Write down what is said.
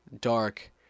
dark